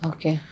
Okay